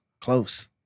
Close